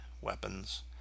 weapons